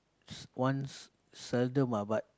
once seldom ah but